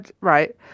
right